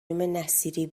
نصیری